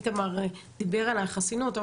איתמר דיבר על החסינות,